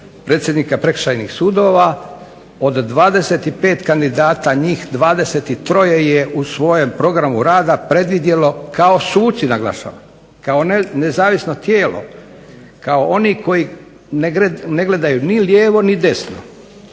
predsjednika prekršajnih sudova od 25 kandidata njih 23 je u svojem programu rada predvidjelo, kao suci naglašavam, kao nezavisno tijelo, kao oni koji ne gledaju ni lijevo ni desno,